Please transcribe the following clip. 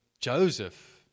Joseph